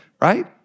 right